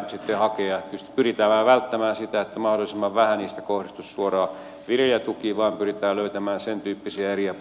tietysti on pyrittävä välttämään niin että mahdollisimman vähän niistä kohdistuisi suoraan viljelijätukiin eli pyritään löytämään budjetista sentyyppisiä eriä